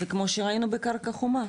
זה כמו שראינו בקרקע חומה,